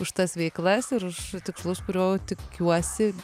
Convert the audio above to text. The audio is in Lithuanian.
už tas veiklas ir už tikslus kurių tikiuosi